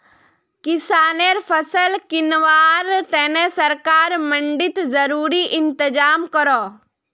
किस्सानेर फसल किंवार तने सरकार मंडित ज़रूरी इंतज़ाम करोह